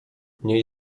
nie